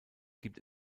gibt